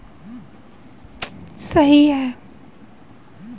IT विभाग की मुख्य जिम्मेदारी विभिन्न प्रत्यक्ष कर कानूनों को लागू करता है